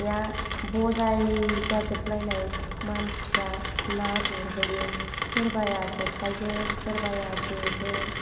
या बजाय जाजोब लायनाय मानसिफोरा ना गुरहैयो सोरबाया जेखाइजों सोरबाया जेजों